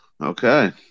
okay